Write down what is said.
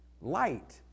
light